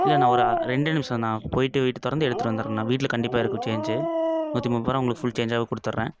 இல்லைண்ணா ஒரு அ ரெண்டு நிமிடண்ணா போயிட்டு வீட்டை திறந்து எடுத்துகிட்டு வந்துறேண்ணா வீட்டில் கண்டிப்பாக இருக்கும் சேஞ்சு நூற்றி முப்பது ரூபா உங்களுக்கு ஃபுல் சேஞ்சாகவே கொடுத்துட்றேன்